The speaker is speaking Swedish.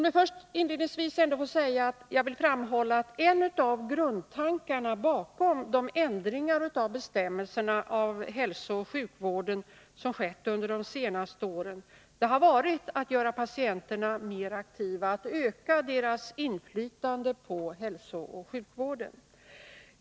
Låt mig ändå inledningsvis framhålla att en av grundtankarna bakom de ändringar av bestämmelserna för hälsooch sjukvården som skett under de senaste åren har varit att göra patienterna mer aktiva och att öka deras inflytande på hälsooch sjukvården.